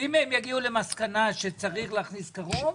אם הם יגיעו למסקנה שצריך להכניס קרוב,